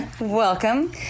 welcome